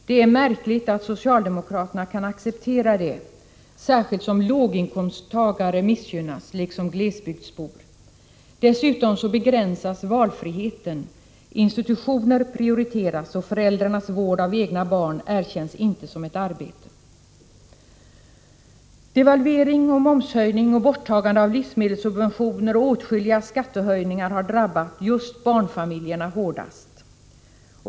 Det är märkligt att socialdemokraterna kan acceptera det, särskilt som låginkomsttagare missgynnas liksom glesbygdsbor. Dessutom begränsas valfriheten. Institutioner prioriteras och föräldrarnas vård av egna barn erkänns inte som ett arbete. Devalvering, momshöjning, borttagande av livsmedelssubventioner och åtskilliga skattehöjningar har drabbat just barnfamiljerna hårdast.